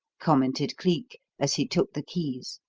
commented cleek, as he took the keys.